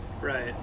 Right